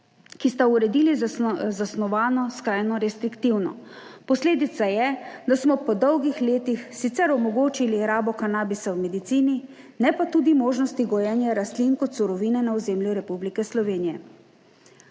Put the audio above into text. ki sta uredili zasnovano skrajno restriktivno. Posledica je, da smo po dolgih letih sicer omogočili rabo kanabisa v medicini, ne pa tudi možnosti gojenja rastlin kot surovine na ozemlju Republike Slovenije.